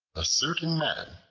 a certain man,